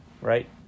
right